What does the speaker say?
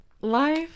life